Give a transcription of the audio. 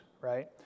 right